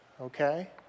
okay